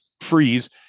freeze